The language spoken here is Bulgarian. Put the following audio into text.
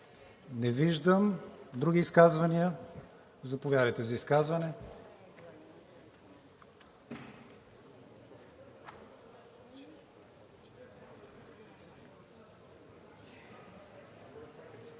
Не виждам. Други изказвания? Заповядайте за изказване.